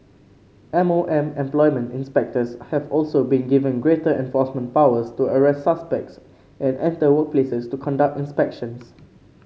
M O M employment inspectors have also been given greater enforcement powers to arrest suspects and enter workplaces to conduct inspections